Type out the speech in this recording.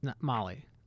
Molly